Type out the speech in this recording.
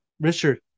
Richard